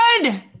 good